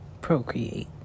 procreate